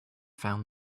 found